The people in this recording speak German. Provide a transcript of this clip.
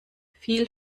viel